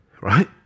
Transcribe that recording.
right